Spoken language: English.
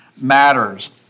matters